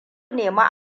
nemi